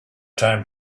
time